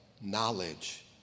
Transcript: knowledge